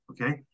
okay